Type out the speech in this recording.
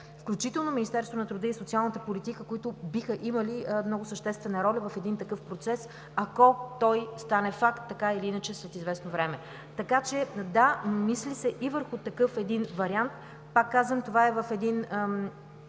включително от Министерството на труда и социалната политика, които биха имали много съществена роля в един такъв процес, ако той стане факт след известно време. Така че да мислите и върху такъв един вариант – пак казвам, това е в един